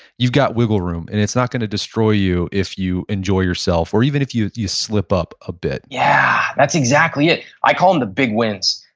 you've got wiggle room. and it's not going to destroy you if you enjoy yourself or even if you you slip up a bit yeah, that's exactly it. i call them the big wins.